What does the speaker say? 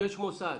כשיש מוסד